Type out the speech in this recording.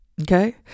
Okay